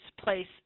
place